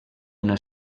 una